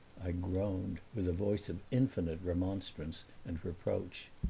i groaned, with a voice of infinite remonstrance and reproach.